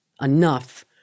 enough